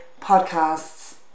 podcasts